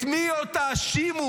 את מי עוד תאשימו?